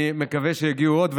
אני מקווה שיגיעו עוד.